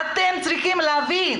אתם צריכים להבין